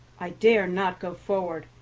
i dare not go forward,